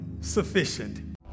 sufficient